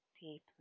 deeply